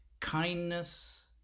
kindness